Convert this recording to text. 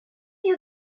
you